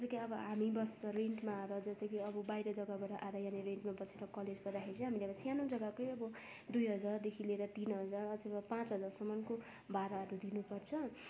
जस्तो कि अब हामी बस्छ रेन्टमा अब जस्तै कि अब बाहिर जग्गाबाट आएर यहाँ रेन्टमा बसेर कलेज गर्दाखेरि चाहिँ हामीले अब सानो जग्गाकै अब दुई हजारदेखि लिएर तिन हजार अथवा पाँच हजारसम्मको भाडाहरू दिनुपर्छ